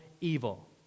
evil